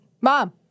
Mom